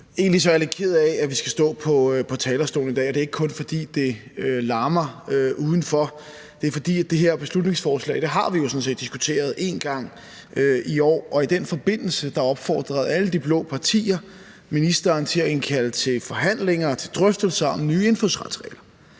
Egentlig er jeg lidt ked af, at vi skal stå på talerstolen i dag, og det er ikke kun, fordi det larmer udenfor. Det er, fordi vi jo sådan set har diskuteret det her beslutningsforslag en gang i år, og i den forbindelse opfordrede alle de blå partier ministeren til at indkalde til forhandlinger og drøftelser om nye indfødsretsregler.